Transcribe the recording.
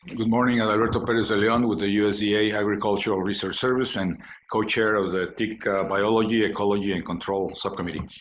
good morning. adalberto perez de leon, with the usda-agricultural research service and co-chair of the tick biology, ecology, and control subcommittee.